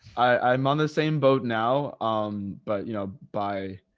i'm on the same boat now. um but you know, bye.